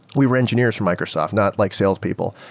we were engineers from microsoft, not like sales people.